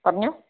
പറഞ്ഞോ